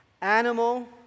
animal